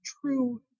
true